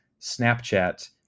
Snapchat